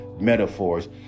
Metaphors